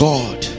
God